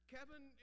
Kevin